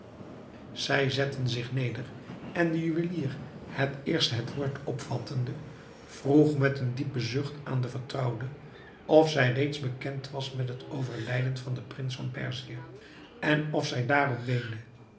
zij zetten zich neder en de juwelier het eerst het woord opvattende vroeg met een diepen zucht aan de vertrouwde of zij reeds bekend was met het overlijden van den prins van perzië en of zij daarom weende